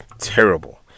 terrible